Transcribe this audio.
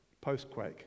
post-quake